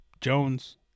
Jones